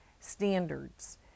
standards